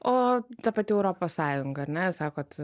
o ta pati europos sąjunga ar ne sakot